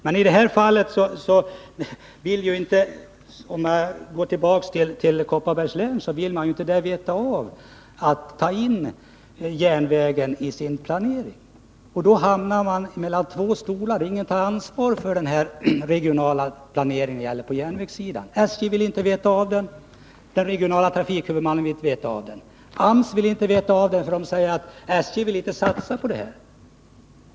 Men i Kopparbergs län, för att återgå till det, vill man inte ta in järnvägen i sin planering. Ingen tar ansvar för den regionala planeringen på järnvägssidan: SJ vill inte veta av den, och den regionala trafikhuvudmannen vill inte veta av den. AMS vill inte veta av den, därför att SJ inte vill satsa på den.